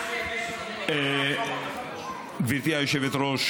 גברתי היושבת-ראש,